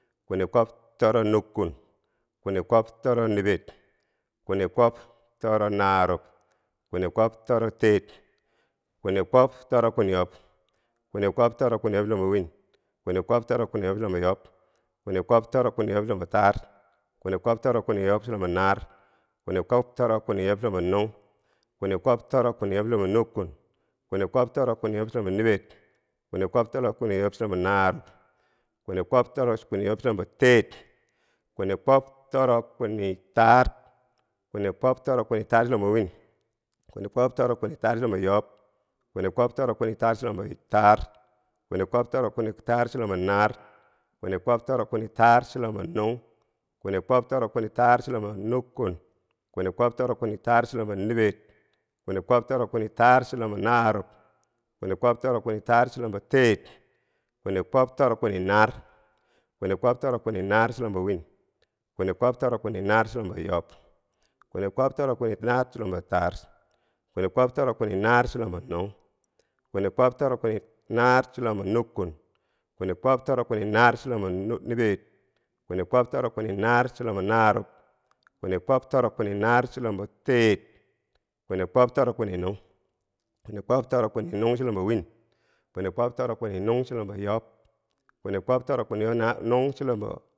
kwini kwob toro nukkun, kwini kwob toro niber, kwini kwob toronarub, kwini kwob toro teer, kwini kwob torok kwini yob, kwini kwob toro kwini chulombo wiin, kwini kwob toro kwini yob chulombo yob, kwini kwob toro kwiniyob chulombo taar, kwini kwob toro kwiniyob chulombo naar, kwini kwob toro kwiniyob chulombo nung, kwini kwob toro kwiniyob chulombo nukkuun, kwini kwob toro kwiniyob chulombo niber, kwini kwob toro kwiniyob chulombo narub, kwini kwob toro kwiniyob chulombo teer, kwini kwob toro kwini taar, kwini kwob toro kwini taar chulombo win, kwini kwob toro kwini taar chulombo yob, kwini kwob toro kwini taar chulombo taar, kwini kwob toro kwini taar chulombo naar, kwini kwob toro kwini taar chulombo nung, kwini kwob toro kwini taar chulombo nukkun, kwini kwob toro kwini taar chulombo niber, kwini kwob toro kwini taar chulombo narub, kwini kwob toro kwini taar chulombo teer, kwini kwob toro kwini naar, kwini kwob toro kwini naar chulombo wiin, kwini kwob toro kwini naar chulombo yob, kwini kwob toro kwini naar chulombo taar, kwini kwob toro kwini naar chulombo nung, kwini kwob toro kwini naar chulombo nukkun, kwini kwob toro kwini naar chulombo niber, kwini kwob toro kwini naar chulombo narub, kwini kwob toro kwini naar chulombo teer, kwini kwob toro kwini nung, kwini kwob toro kwini nung chulombo wiin, kwini kwob toro kwini nung chulombo yob, kwini kwob toro kwini nung chulombo.